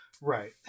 Right